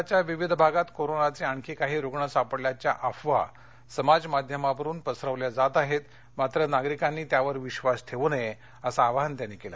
शहराच्या विविध भागात कोरोनाचे आणखी काही रुग्ण सापडल्याच्या अफवा समाज माध्यमावरून पसरवल्या जात आहेत मात्र नागरिकांनी त्यावर विधास ठेवू नये असं आवाहन त्यांनी केलं